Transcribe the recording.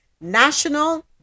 National